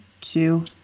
two